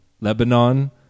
Lebanon